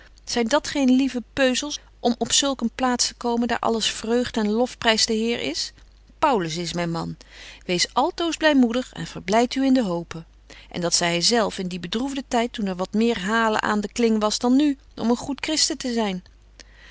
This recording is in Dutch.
dat geen lieve peuzels om op zulk een plaats te komen daar alles vreugd en lof pryst den heer is paulus is myn man weest altoos blymoedig en verblydt u in de hope en dat zei hy zelf in dien bedroefden tyd toen er wat meer halen aan den kling was dan nu om een goed christen te zyn